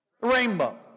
Rainbow